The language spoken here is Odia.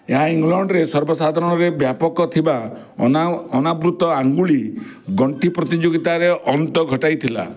ଏହା ଇଂଲଣ୍ଡରେ ସର୍ବ ସାଧାରଣରେ ବ୍ୟାପକ ଥିବା ଅନା ଅନାବୃତ ଆଙ୍ଗୁଳି ଗଣ୍ଠି ପ୍ରତିଯୋଗିତାର ଅନ୍ତ ଘଟାଇଥିଲା